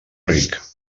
ric